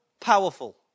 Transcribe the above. powerful